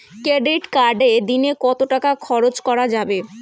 Credit কার্ডে দিনে কত টাকা খরচ করা যাবে?